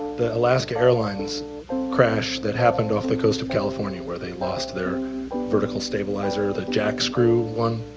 the alaska airlines crash that happened off the coast of california where they lost their vertical stabilizer, the jackscrew one.